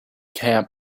camp